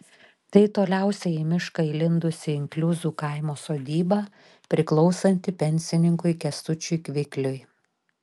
tai toliausiai į mišką įlindusi inkliuzų kaimo sodyba priklausanti pensininkui kęstučiui kvikliui